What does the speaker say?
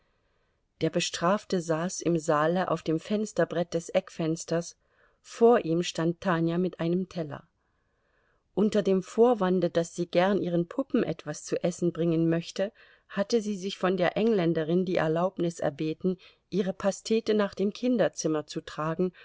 der bestrafte saß im saale auf dem fensterbrett des eckfensters vor ihm stand tanja mit einem teller unter dem vorwande daß sie gern ihren puppen etwas zu essen bringen möchte hatte sie sich von der engländerin die erlaubnis erbeten ihre pastete nach dem kinderzimmer zu tragen